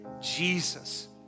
Jesus